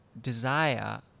desire